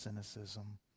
cynicism